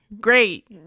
Great